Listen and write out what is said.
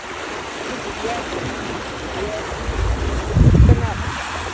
से विद्यार्थी विद्यार्थी केना सीखत